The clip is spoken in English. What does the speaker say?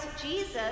Jesus